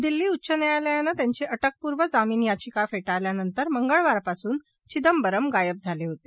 दिल्ली उच्च न्यायालयानं त्यांची अटकपूर्व जामिन देण्याची याचिका फेटाळल्यानंतर मंगळवारपासून चिदंबरम गायब झाले होते